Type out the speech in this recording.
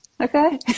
Okay